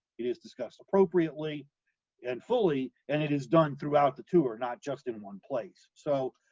it is discussed appropriately and fully, and it is done throughout the tour, not just in one place. so,